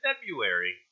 February